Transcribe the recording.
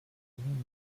ihm